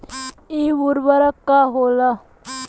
इ उर्वरक का होला?